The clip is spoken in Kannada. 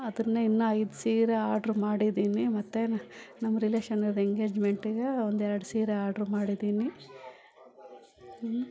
ಅದನ್ನೇ ಇನ್ನು ಐದು ಸೀರೆ ಆರ್ಡ್ರ್ ಮಾಡಿದೀನಿ ಮತ್ತೇನು ನಮ್ಮ ರಿಲೇಶನ್ ಅವ್ರದು ಎಂಗೇಜ್ಮೆಂಟಿಗೆ ಒಂದು ಎರಡು ಸೀರೆ ಆರ್ಡ್ರ್ ಮಾಡಿದೀನಿ